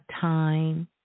time